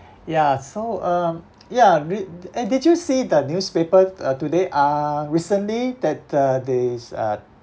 ya so (um)ya gri~ eh did you see the newspaper uh today uh recently that uh there's uh